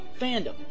Fandom